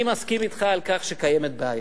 אני מסכים אתך שקיימת בעיה.